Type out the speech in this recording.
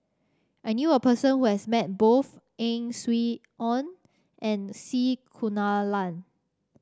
I knew a person who has met both Ang Swee Aun and C Kunalan